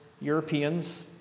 Europeans